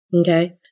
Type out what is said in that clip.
Okay